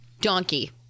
donkey